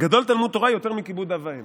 "גדול תלמוד תורה יותר מכיבוד אב ואם